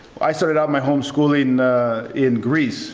i started out my homeschooling in greece